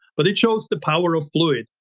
but it shows the power of fluid.